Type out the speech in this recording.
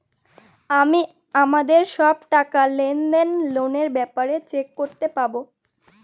আমি আমাদের সব টাকা, লেনদেন, লোনের ব্যাপারে চেক করতে পাবো